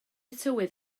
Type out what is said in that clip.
tywydd